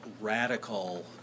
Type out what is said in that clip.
radical